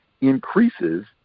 increases